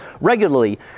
regularly